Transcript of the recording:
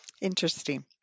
Interesting